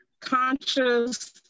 conscious